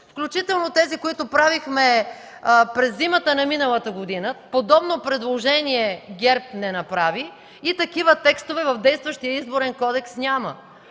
включително тези, които правихме през зимата на миналата година, подобно предложение ГЕРБ не направи и такива текстове в действащия Изборен кодекс няма.